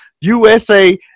USA